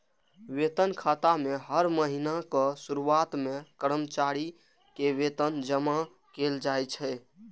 वेतन खाता मे हर महीनाक शुरुआत मे कर्मचारी के वेतन जमा कैल जाइ छै